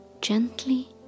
Gently